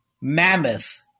mammoth